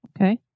Okay